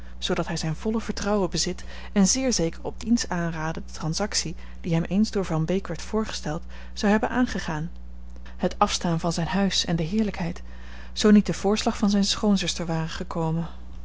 zoodat hij zijn volle vertrouwen bezit en zeer zeker op diens aanraden de transactie die hem eens door van beek werd voorgesteld zou hebben aangegaan het afstaan van zijn huis en de heerlijkheid zoo niet de voorslag van zijne schoonzuster ware gekomen